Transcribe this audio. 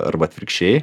arba atvirkščiai